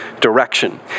direction